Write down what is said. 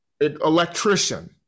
electrician